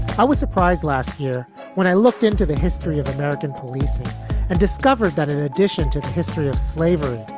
i was surprised last year when i looked into the history of american policing and discovered that in addition to the history of slavery,